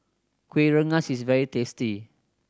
Kuih Rengas is very tasty